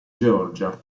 georgia